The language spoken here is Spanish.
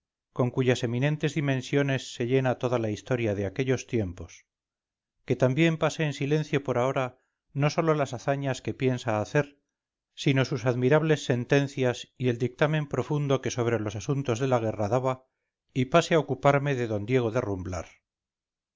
con cuyas eminentes dimensiones se llena toda la historia de aquellos tiempos que también pase en silencio por ahora no sólo las hazañas que piensa hacer sino sus admirables sentencias y el dictamen profundo que sobre los asuntos de la guerra daba y pase a ocuparme de d diego